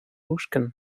ушкӑн